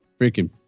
freaking